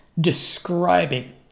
describing